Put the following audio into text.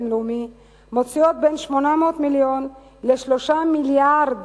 בין-לאומי מוציאות בין 800 מיליון ל-3 מיליארדי